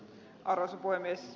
arvoisa puhemies